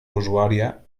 usuària